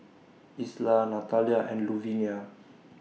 Isla Natalia and Luvinia